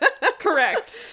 Correct